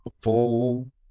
full